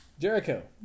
Jericho